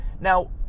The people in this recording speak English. now